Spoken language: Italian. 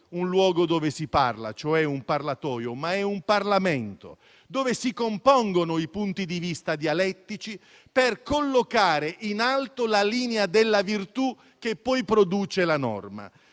un luogo in cui si parla, cioè un parlatoio, ma un Parlamento, in cui si compongono i punti di vista dialettici, per collocare in alto la linea della virtù che poi produce la norma.